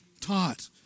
taught